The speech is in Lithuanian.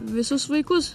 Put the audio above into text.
visus vaikus